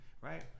right